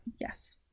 Yes